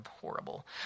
horrible